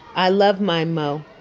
i love my mo.